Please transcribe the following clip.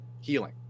healing